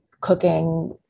cooking